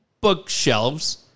bookshelves